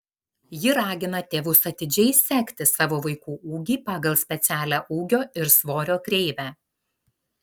ji ragina tėvus atidžiai sekti savo vaikų ūgį pagal specialią ūgio ir svorio kreivę